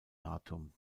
datum